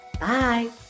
Bye